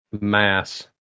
Mass